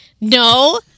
No